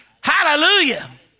Hallelujah